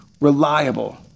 reliable